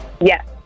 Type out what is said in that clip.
Yes